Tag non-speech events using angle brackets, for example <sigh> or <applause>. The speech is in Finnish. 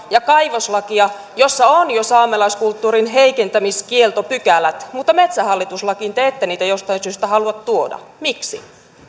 <unintelligible> ja kaivoslakia joissa on jo saamelaiskulttuurin heikentämiskieltopykälät niin metsähallitus lakiin te ette niitä jostain syystä halua tuoda miksi